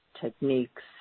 techniques